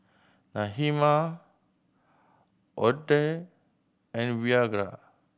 Nehemiah Odette and Virgia